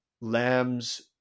Lambs